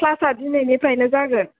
क्लासा दिनैनिफ्रायनो जागोन